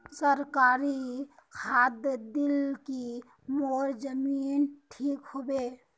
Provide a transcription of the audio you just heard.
सरकारी खाद दिल की मोर जमीन ठीक होबे?